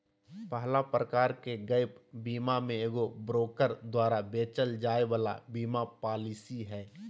पहला प्रकार के गैप बीमा मे एगो ब्रोकर द्वारा बेचल जाय वाला बीमा पालिसी हय